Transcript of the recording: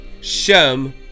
Shem